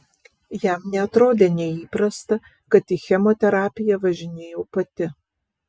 jam neatrodė neįprasta kad į chemoterapiją važinėjau pati